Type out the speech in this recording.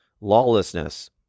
lawlessness